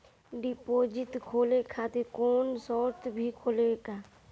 Deposit खोले खातिर कौनो शर्त भी होखेला का?